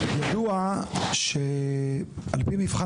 ידוע שעל פי מבחן